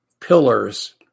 pillars